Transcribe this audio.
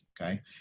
okay